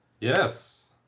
yes